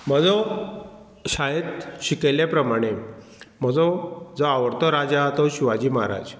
म्हजो शाळेंत शिकयल्ल्या प्रमाणे म्हजो जो आवडतो राजा आहा तो शिवाजी महाराज